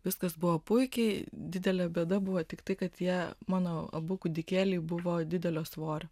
viskas buvo puikiai didelė bėda buvo tiktai kad ją mano abu kūdikėliai buvo didelio svorio